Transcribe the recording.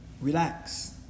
Relax